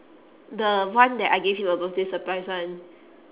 the one that I gave him a birthday surprise [one]